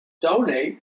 donate